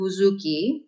buzuki